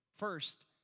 First